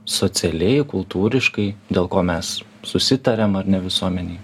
socialiai kultūriškai dėl ko mes susitariam ar ne visuomenėj